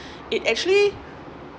it actually